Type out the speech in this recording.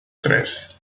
tres